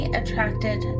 attracted